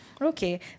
Okay